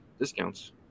discounts